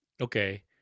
okay